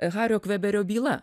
hario kveberio byla